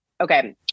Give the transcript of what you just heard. okay